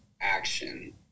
action